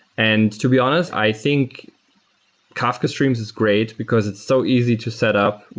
and to be honest, i think kafka streams is great because it's so easy to set up.